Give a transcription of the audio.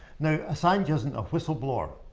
now, assange isn't a whistleblower.